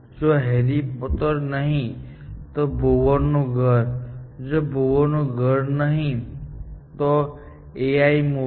જો Harry Potter નહીં તો ભૂવન નું ઘર જો ભુવન નું ઘર નહિ તો એઆઈ મૂવી